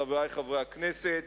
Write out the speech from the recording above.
חברי חברי הכנסת,